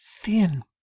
thin